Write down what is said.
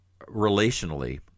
relationally